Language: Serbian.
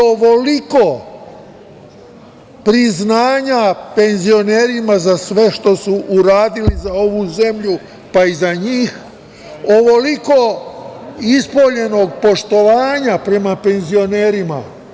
Ovoliko priznanja penzionerima za sve što su uradili za ovu zemlju, pa i za njih, ovoliko ispoljenog poštovanja prema penzionerima.